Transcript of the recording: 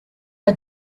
are